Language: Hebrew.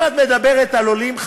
אם את מדברת על עולים,